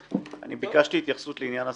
אני ביקשתי התייחסות לעניין הסיוע.